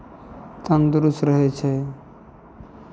तन्दुरुस्त रहै छै